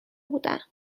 بودم